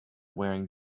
wearing